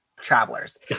travelers